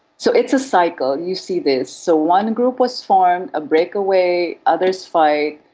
so it's a cycle, you see this, so one group was formed, a breakaway, others fight,